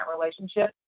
relationship